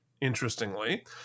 interestingly